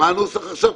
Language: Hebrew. מה הנוסח עכשיו?